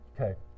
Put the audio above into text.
Okay